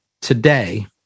today